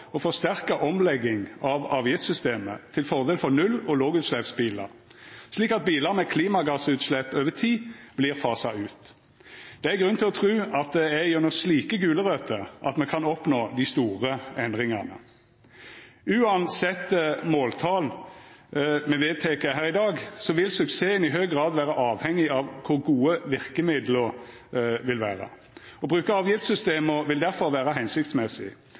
å forsterka omlegging av avgiftssystemet til fordel for null- og lågutsleppsbilar, slik at bilar med klimagassutslepp over tid vert fasa ut. Det er grunn til å tru at det er gjennom slike gulrøter at me kan oppnå dei store endringane. Uansett kva for måltal me vedtek her i dag, vil suksessen i høg grad vera avhengig av kor gode verkemidla er. Å bruka avgiftssystem vil difor vera hensiktsmessig.